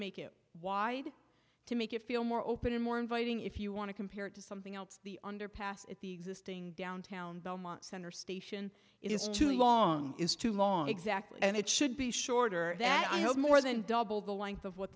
make it wide to make it feel more open and more inviting if you want to compare it to something else the underpass at the existing downtown belmont center station it is too long is too long exactly and it should be shorter that i hope more than double the length of what